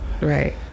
right